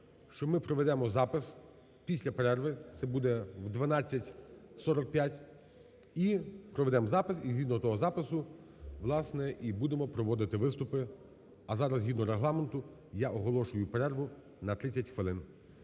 що ми проведемо запис після перерви, це буде о 12:45. І проведемо запис, і згідно того запису, власне, і будемо проводити виступи. А зараз згідно Регламенту я оголошую перерву на 30 хвилин.